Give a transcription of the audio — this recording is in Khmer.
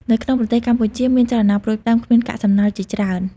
នៅក្នុងប្រទេសកម្ពុជាមានចលនាផ្តួចផ្តើមគ្មានកាកសំណល់ជាច្រើន។